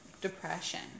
Depression